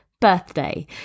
birthday